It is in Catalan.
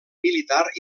militar